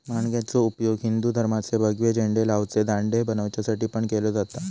माणग्याचो उपयोग हिंदू धर्माचे भगवे झेंडे लावचे दांडे बनवच्यासाठी पण केलो जाता